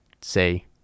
say